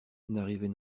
n’arrivait